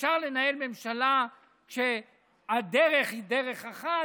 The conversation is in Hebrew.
אפשר לנהל ממשלה כשהדרך היא דרך אחת,